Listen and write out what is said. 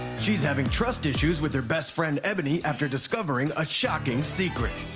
she's having trust issues with her best friend, ebony, after discovering a shocking secret.